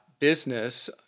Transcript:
business